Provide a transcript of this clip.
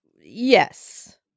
Yes